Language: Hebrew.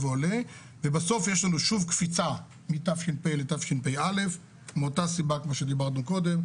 ובסוף יש לנו שוב קפיצה מתש"ף לתשפ"א מאותה סיבה כמו שדיברנו קודם,